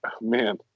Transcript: man